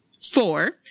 Four